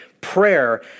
prayer